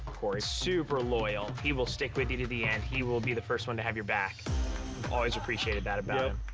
cory's super loyal. he will stick with you to the end. he will be the first one to have your back. i've always appreciated that about him.